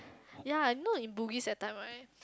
ya you know in Bugis that time right